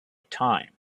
time